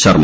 Sharma